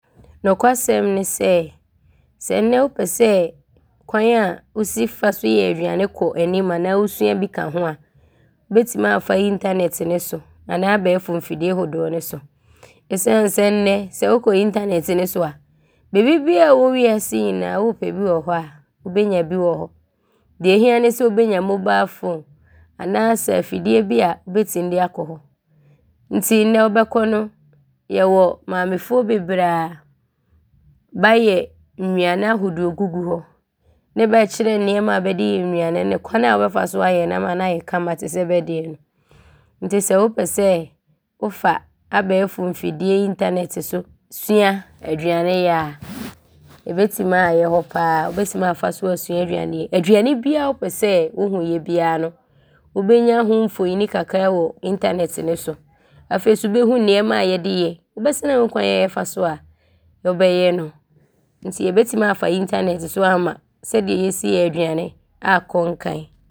Nokwasɛm ne sɛ, sɛ nnɛ wopɛ sɛ kwan a wosi fa so yɛ aduane kɔ anim anaa wosua bi ka ho a, wobɛtim aafa intanɛte so anaa abɛɛfo mfidie ahodoɔ ne so esiane sɛ nnɛ sɛ wokɔ intanɛte so a bibibiaa wɔ wiase nyinaa wɔɔpɛ bi wɔ hɔ a, wobɛnya bi wɔ hɔ. Deɛ ɛhia ne sɛ wobɛnya mobaa fon anaasɛ afidie bi a wobɛtim de akɔ hɔ nti nnɛ wobɛkɔ no, yɛwɔ maamefoɔ bebree a bɛayɛ nnuane ahodoɔ gugu hɔ ne bɛɛkyerɛ nnoɔma bɛde yɛ nnuane no. Kwan a wobɛfa so ayɛ ama ne yɛ kama te sɛ bɛ deɛ no. Nti sɛ wopɛ sɛ wofa abɛɛfo mfidie intanɛte so sua aduaneyɛ a, ɔbɛtim aayɛ hɔ pa ara. Wobɛtim aafa so asua aduaneyɛ. Aduane biaa wopɛ sɛ wohunoa biaa no, wobɛnya hoo mfonin kakra wɔ intanɛte ne so. Afei so wobɛhu nnoɔma a yɛde yɛ. Wobɛsane aahu kwan a yɛfa so a wobɛyɛ no nti yɛbɛtim aafa intanɛte ne so aama sɛdeɛ yɛsi yɛ aduane aakɔ nkan.